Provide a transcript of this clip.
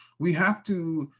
we have to,